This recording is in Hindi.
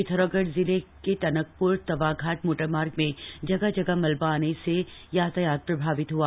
पिथौरागढ़ जिले टनकप्र तवाघाट मोटरमार्ग में जगह जगह मलबा आने से यातायात प्रभावित हआ